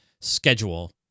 schedule